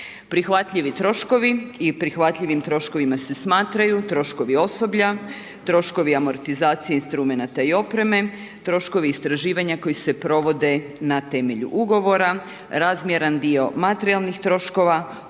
Prihvatljivi troškovi i prihvatljivim troškovima se smatraju, troškovi osoblja, troškovi amortizacija instrumenta i opreme, troškovi istraživanja koji se provode na temelju ugovora, razmjeran dio materijalnih troškova,